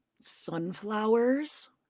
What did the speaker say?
sunflowers